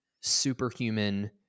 Superhuman